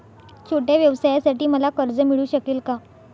छोट्या व्यवसायासाठी मला कर्ज मिळू शकेल का?